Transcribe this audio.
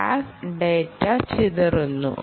tag data ചിതറിക്കുന്നു